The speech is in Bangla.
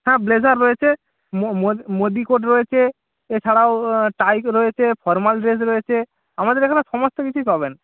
হ্যাঁ ব্লেজার রয়েছে মোদি কোট রয়েছে এছাড়াও টাই রয়েছে ফরমাল ড্রেস রয়েছে আমাদের এখানে সমস্ত কিছুই পাবেন